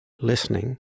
listening